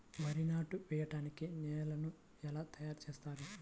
వరి నాట్లు వేయటానికి నేలను ఎలా తయారు చేస్తారు?